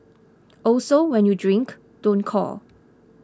also when you drink don't call